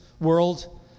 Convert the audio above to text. world